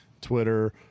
Twitter